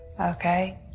Okay